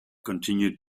continued